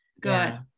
Good